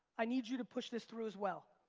i need you to push this through as well.